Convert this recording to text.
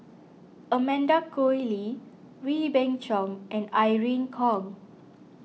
Amanda Koe Lee Wee Beng Chong and Irene Khong